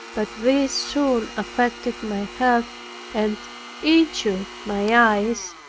but this soon affected my health and injured my eyes,